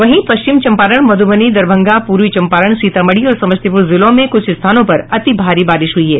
वहीं पश्चिमी चंपारण मधुबनी दरभंगा पूर्वी चंपारण सीतामढ़ी और समस्तीपुर जिलों में कुछ स्थानों पर अति भारी बारिश हुई है